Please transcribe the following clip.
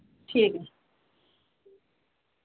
ٹھیک ہے